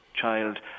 child